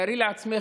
תארי לעצמך,